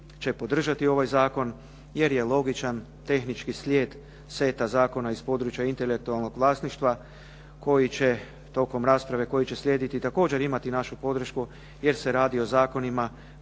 će podržati ovaj zakon jer je logičan tehnički slijed seta zakona iz područja intelektualnog vlasništva koji će tokom rasprave, koji će slijediti i također imati našu podršku jer se radi o zakonima